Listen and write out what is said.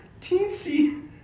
teensy